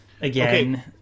again